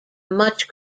much